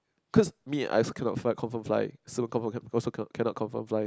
cause me I also cannot fly confirm fly so confirm also cannot confirm fly